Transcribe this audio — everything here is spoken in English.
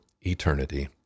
eternity